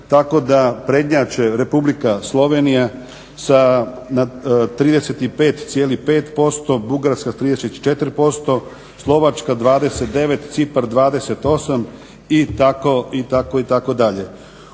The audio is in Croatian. tako da prednjače Republika Slovenija sa 35,5%, Bugarska 34%, Slovačka 29, Cipar 28 itd.